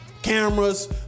cameras